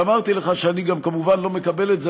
ואמרתי לך שאני גם כמובן לא מקבל את זה.